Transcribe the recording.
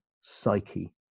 psyche